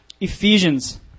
Ephesians